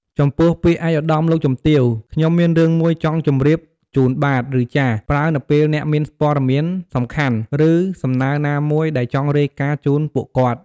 ចំពោះពាក្យ"ឯកឧត្តម លោកជំទាវ ខ្ញុំមានរឿងមួយចង់ជម្រាបជូនបាទ ឬ ចាស" ប្រើនៅពេលអ្នកមានព័ត៌មានសំខាន់ ឬសំណើណាមួយដែលចង់រាយការណ៍ជូនពួកគាត់។